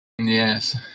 Yes